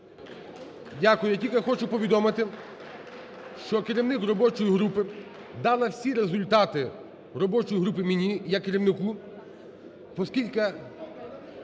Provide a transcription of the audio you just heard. Дякую. Я тільки хочу повідомити, що керівник робочої групи дала всі результати робочої групи мені як керівнику, оскільки